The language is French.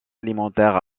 alimentaire